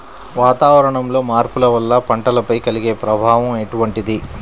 వాతావరణంలో మార్పుల వల్ల పంటలపై కలిగే ప్రభావం ఎటువంటిది?